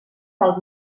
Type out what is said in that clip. del